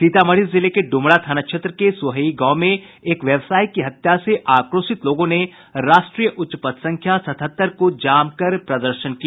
सीतामढ़ी जिले के डुमरा थाना क्षेत्र के सुहई गांव में एक व्यवसायी की हत्या से आक्रोशित लोगों ने राष्ट्रीय उच्च पथ संख्या सतहत्तर को जाम कर प्रदर्शन किया